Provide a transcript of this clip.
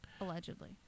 Allegedly